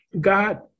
God